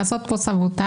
לעשות פה סבוטאז',